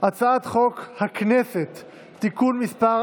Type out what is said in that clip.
הצעת חוק הכנסת (תיקון מס'